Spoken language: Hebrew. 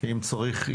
אם צריך.